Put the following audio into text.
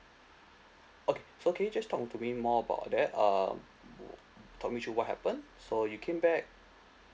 okay so can you just talk to me more about that um more talk me through what happened so you came back